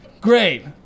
Great